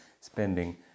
spending